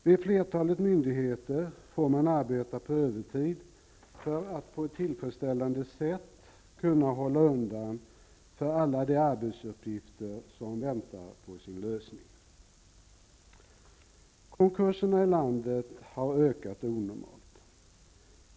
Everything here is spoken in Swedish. Vid fletalet myndigheter får man arbeta på övertid för att på ett tillfredsställande sätt kunna hålla undan för alla de arbetsuppgifter som väntar på sin lösning. Konkurserna i landet har ökat onormalt.